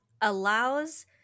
allows